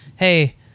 Hey